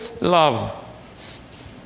love